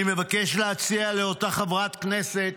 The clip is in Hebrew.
אני מבקש להציע לאותה חברת כנסת